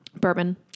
Bourbon